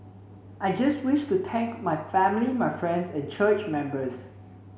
I just wish to thank my family my friends and church members